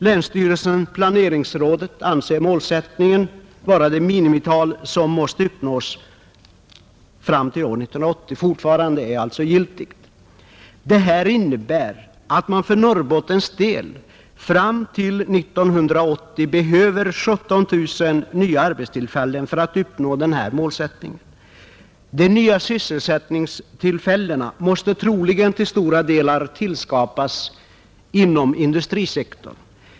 Länsstyrelsen och planeringsrådet anser det vara det minimital som måste uppnås, och det innebär att man för Norrbottens del fram till 1980 behöver 17 000 nya arbetstillfällen. De nya sysselsättningstillfällena måste troligen till stora delar tillskapas inom industrisektorn.